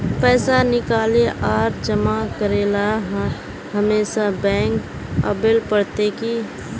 पैसा निकाले आर जमा करेला हमेशा बैंक आबेल पड़ते की?